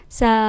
sa